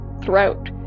throughout